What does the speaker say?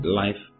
life